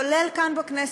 כולל כאן בכנסת,